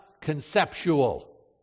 conceptual